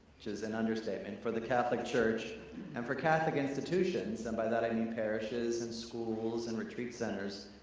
just an understatement, for the catholic church and for catholic institutions, and by that, i mean parishes and schools and retreat centers,